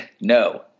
No